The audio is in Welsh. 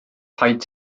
paid